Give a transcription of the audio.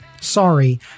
Sorry